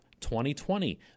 2020